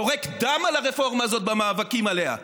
יורק דם על הרפורמה הזאת במאבקים עליה,